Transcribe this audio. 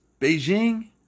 Beijing